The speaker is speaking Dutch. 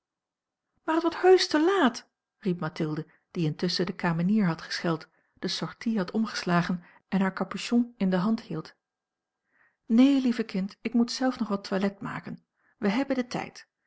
maar het wordt heusch te laat riep mathilde die intusschen de kamenier had gescheld de sortie had omgeslagen en haar capuchon in de hand hield neen lieve kind ik moet zelf nog wat toilet maken wij hebben den tijd